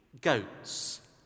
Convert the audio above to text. goats